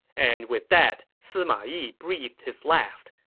and with that, sima yi breathed his last.